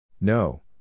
No